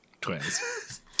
twins